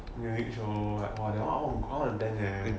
with music show like !wah! that one I wanna attend there